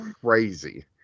crazy